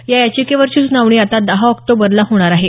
या याचिकेवरची सुनावणी आता दहा ऑक्टोबरला होणार आहे